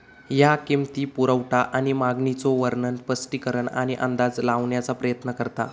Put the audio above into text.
ह्या किंमती, पुरवठा आणि मागणीचो वर्णन, स्पष्टीकरण आणि अंदाज लावण्याचा प्रयत्न करता